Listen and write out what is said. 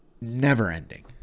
never-ending